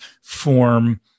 form